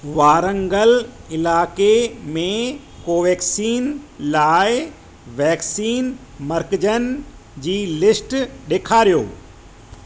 वारंगल इलाइक़े में कोवेक्सीन लाइ वैक्सीन मर्कज़नि जी लिस्ट ॾेखारियो